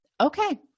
Okay